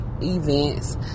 events